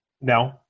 No